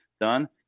done